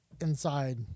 inside